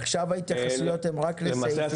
עכשיו ההתייחסויות הן רק לסעיפים.